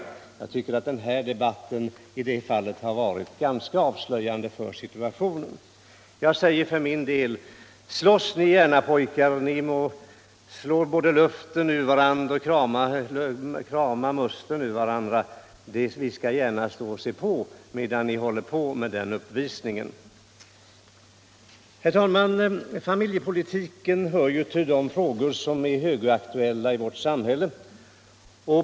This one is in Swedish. I det fallet har den här debatten varit ganska avslöjande. Jag säger för min del: Slåss ni gärna pojkar! Ni må slå luften och krama musten ur varandra — vi skall gärna se på medan ni håller på med den uppvisningen. Herr talman! Familjepolitiken hör till de frågor som är högaktuella i vårt samhälle.